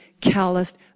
calloused